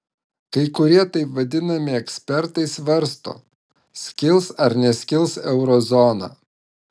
kai kurie taip vadinami ekspertai svarsto skils ar neskils eurozona